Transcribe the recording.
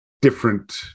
different